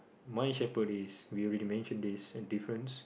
my shepherd we already mention this any difference